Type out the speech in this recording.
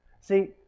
See